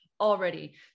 already